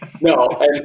No